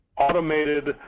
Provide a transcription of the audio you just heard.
automated